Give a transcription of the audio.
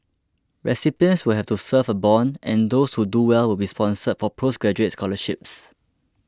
recipients will have to serve a bond and those who do well will be sponsored for postgraduate scholarships